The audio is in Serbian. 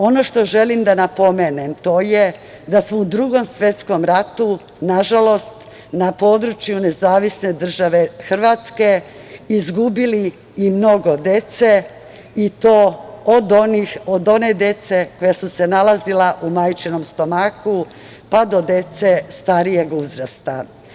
Ono što želim da napomenem to je da smo u Drugom svetskom ratu, nažalost, na području Nezavisne države Hrvatske izgubili i mnogo dece i to od one dece koja su se nalazila u majčinom stomaku, pa do dece starijeg uzrasta.